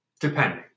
depending